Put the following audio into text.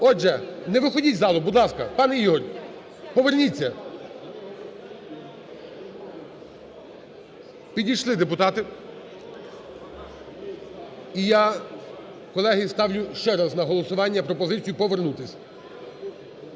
Отже, не виходьте із залу, будь ласка. Пане Ігор, поверніться. Підійшли депутати. І я, колеги, ставлю ще раз на голосування пропозицію повернутись.